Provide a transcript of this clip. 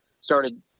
started